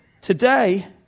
Today